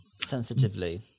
Sensitively